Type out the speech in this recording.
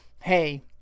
Hey